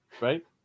Right